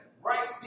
right